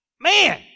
man